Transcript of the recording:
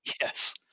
yes